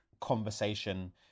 conversation